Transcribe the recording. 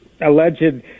alleged